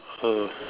ah